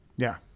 yeah.